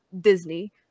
Disney